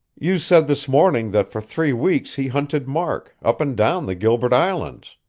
you said this morning that for three weeks he hunted mark, up and down the gilbert islands.